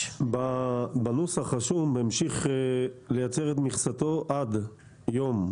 בנוסח רשום 'והמשיך לייצר את מכסתו עד יום',